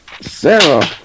Sarah